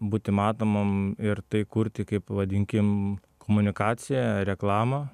būti matomam ir tai kurti kaip vadinkim komunikaciją reklamą